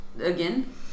again